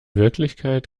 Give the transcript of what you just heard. wirklichkeit